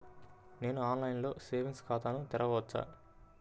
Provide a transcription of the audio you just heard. నేను ఆన్లైన్లో సేవింగ్స్ ఖాతాను తెరవవచ్చా?